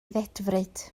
ddedfryd